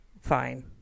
fine